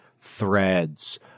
threads